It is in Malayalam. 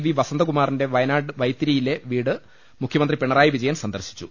വി വസന്തകുമാറിന്റെ വയനാട് വൈത്തി രിയിലെ വീട് മുഖ്യമന്ത്രി പിണറായി വിജയൻ സന്ദർശിച്ചു